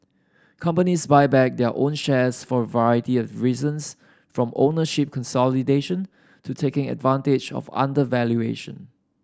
companies buy back their own shares for a variety of reasons from ownership consolidation to taking advantage of undervaluation